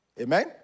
Amen